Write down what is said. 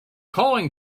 calling